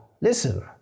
listen